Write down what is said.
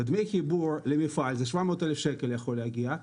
ודמי חיבור למפעל זה 700,000 יכול להגיע,